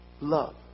love